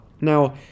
Now